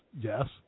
Yes